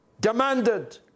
demanded